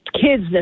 kids